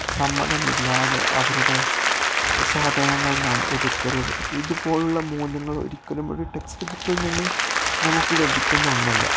സമ്മതമില്ലാതെ അവരുടെ സാധനങ്ങൾ നാം എടുക്കരുത് ഇതുപോലുള്ള മൂല്യങ്ങള ഒരിക്കലും ഒരു ടെക്സ്റ്റ് ബുക്കിൽ നിന്ന് നമുക്ക് ലഭിക്കുന്ന ഒന്നല്ല